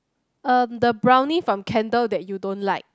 um the brownie from candle that you don't like